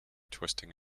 twisting